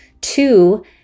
two